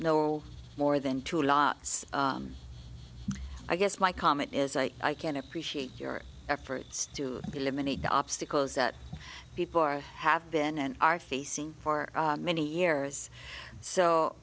no more than two lots i guess my comment is i i can appreciate your efforts to eliminate the obstacles that people are have been and are facing for many years so